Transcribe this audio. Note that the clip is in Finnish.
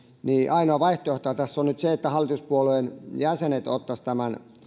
ainoa vaihtoehto tässä on nyt se että hallituspuolueiden jäsenet ottaisivat tämän